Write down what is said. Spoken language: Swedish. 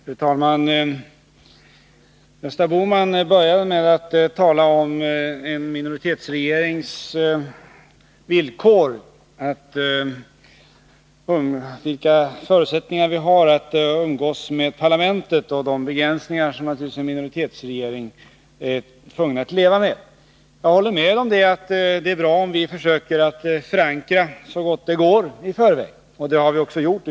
Fru talman! Gösta Bohman börjar med att tala om vilka förutsättningar en minoritetsregering har att umgås med parlamentet och om de begränsningar som en minoritetsregering naturligtvis är tvungen att leva med. Jag håller med om att det är bra om vi så långt det går i förväg försöker att förankra förslagen, och det har vi också gjort.